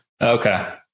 Okay